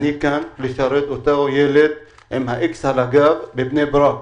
אני כאן לשרת את אותו ילד עם האיקס על הגב מבני ברק.